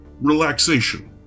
relaxation